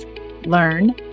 learn